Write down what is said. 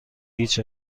هیچ